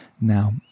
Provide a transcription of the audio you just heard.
Now